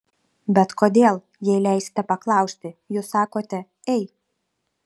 bet kodėl jei leisite paklausti jūs sakote ei